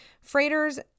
freighters